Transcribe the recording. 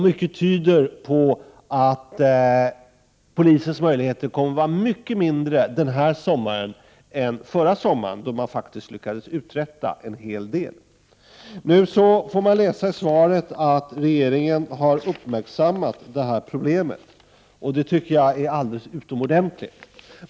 Mycket tyder på att polisens möjligheter denna sommar kommer att vara mindre än förra sommaren, då man faktiskt lyckades uträtta en hel del. Nu kan man läsa i svaret att regeringen har uppmärksammat problemet. Jag tycker att det är alldeles utmärkt.